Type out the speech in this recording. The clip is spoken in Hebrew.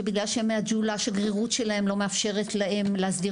שבגלל שהשגרירות שלהם לא מאפשרת להם להסדיר